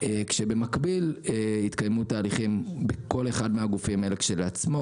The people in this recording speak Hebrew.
כשבמקביל התקיימו תהליכים בכל אחד מהגופים האלה כשלעצמו.